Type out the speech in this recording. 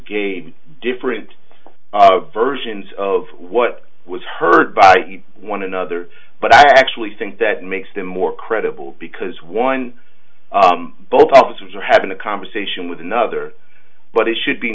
gave different versions of what was heard by one another but i actually think that makes them more credible because one both officers are having a conversation with another but it should be